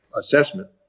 assessment